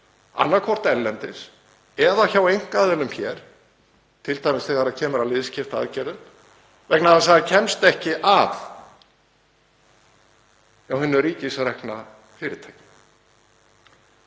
annaðhvort erlendis eða hjá einkaaðilum hér, t.d. þegar kemur að liðskiptaaðgerðum, vegna þess að það kemst ekki að hjá hinu ríkisrekna fyrirtæki.